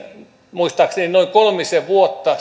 muistaakseni noin kolmisen vuotta